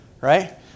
right